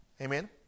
Amen